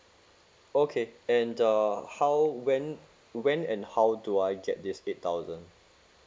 okay and uh how when when and how do I get this eight thousand